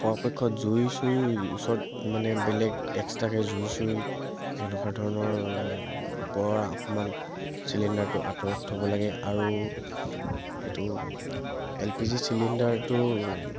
পৰাপক্ষত জুই চুইৰ ওচৰত মানে বেলেগ এক্সটাকৈ জুই চুই সেনেকুৱা ধৰণৰ পৰা অকণমান চিলিণ্ডাৰটো আঁতৰত থ'ব লাগে আৰু এইটো এল পি জি চিলিণ্ডাৰটো